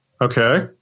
okay